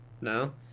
No